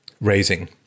raising